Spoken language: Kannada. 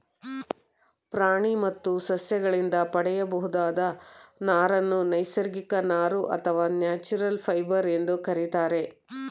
ಪ್ರಾಣಿ ಮತ್ತು ಸಸ್ಯಗಳಿಂದ ಪಡೆಯಬಹುದಾದ ನಾರನ್ನು ನೈಸರ್ಗಿಕ ನಾರು ಅಥವಾ ನ್ಯಾಚುರಲ್ ಫೈಬರ್ ಎಂದು ಕರಿತಾರೆ